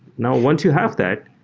now, once you have that,